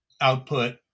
output